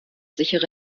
sichere